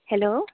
hello